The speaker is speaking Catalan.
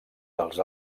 dels